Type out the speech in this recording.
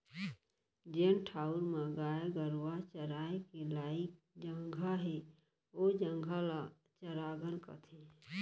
जेन ठउर म गाय गरूवा चराय के लइक जघा हे ओ जघा ल चरागन कथें